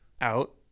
out